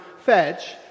fetch